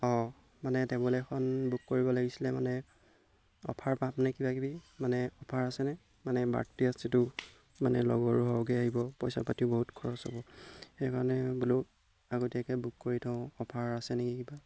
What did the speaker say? অঁ মানে টেবুল এখন বুক কৰিব লাগিছিলে মানে অফাৰ পামনে কিবা কিবি মানে অফাৰ আছেনে মানে বাৰ্থডে' আছেতো মানে লগৰো সৰহকৈ আহিব পইচা পাতিও বহুত খৰচ হ'ব সেইকাৰণে বোলো আগতীয়াকৈ বুক কৰি থওঁ অফাৰ আছে নেকি কিবা